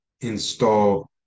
install